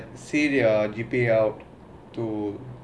see your G_P_A out